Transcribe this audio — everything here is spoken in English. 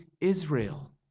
Israel